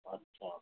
अच्छा